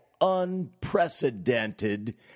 unprecedented